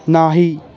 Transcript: नाही